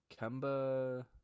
Kemba